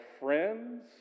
friends